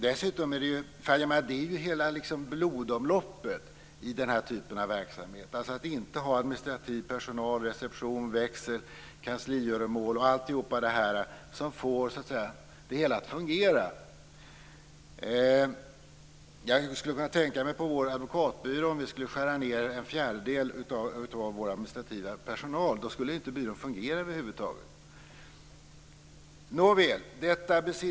Det är ju hela blodomloppet i den här typen av verksamhet - administrativ personal, reception, växel, kansligöromål och allt det som får det hela att fungera. Om vi på vår advokatbyrå skulle skära ned vår administrativa personal med en fjärdedel skulle byrån inte fungera över huvud taget.